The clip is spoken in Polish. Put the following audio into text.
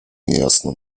niejasno